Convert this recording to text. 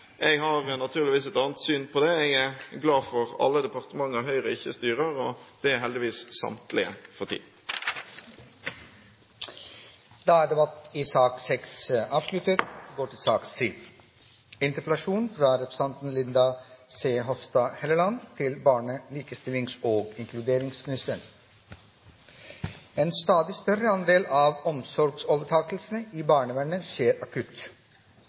Jeg har naturligvis et annet syn på det. Jeg er glad for alle departementer Høyre ikke styrer – og det er heldigvis samtlige for tiden! Da er debatten i sak nr. 6 avsluttet.